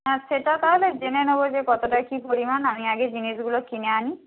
হ্যাঁ সেটা তাহলে জেনে নেব যে কতটা কী পরিমাণ আমি আগে জিনিসগুলো কিনে আনি